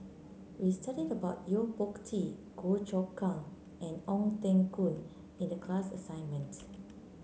we studied about Yo Po Tee Goh Choon Kang and Ong Teng Koon in the class assignment